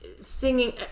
singing